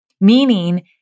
Meaning